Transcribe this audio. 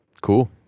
Cool